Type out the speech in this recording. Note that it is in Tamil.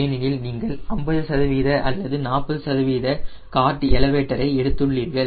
ஏனெனில் நீங்கள் 50 சதவீத அல்லது 40 சதவீத கார்டு எலவேட்டரை எடுத்துள்ளீர்கள்